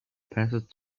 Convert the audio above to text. passed